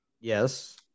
Yes